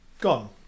Gone